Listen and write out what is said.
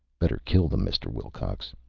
better kill them, mr. wilcox.